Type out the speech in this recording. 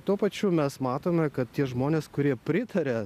tuo pačiu mes matome kad tie žmonės kurie pritaria